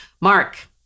Mark